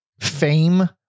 fame